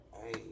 Hey